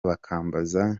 bakambaza